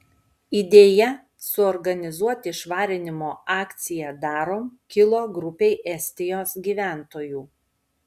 idėja suorganizuoti švarinimo akciją darom kilo grupei estijos gyventojų